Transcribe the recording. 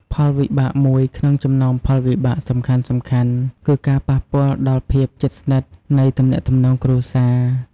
ផលវិបាកមួយក្នុងចំណោមផលវិបាកសំខាន់ៗគឺ ការប៉ះពាល់ដល់ភាពជិតស្និទ្ធ នៃទំនាក់ទំនងគ្រួសារ។